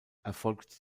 erfolgt